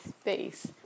space